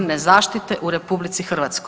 zaštite u RH.